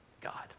God